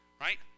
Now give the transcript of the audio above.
right